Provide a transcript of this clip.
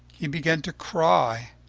he began to cry,